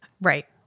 Right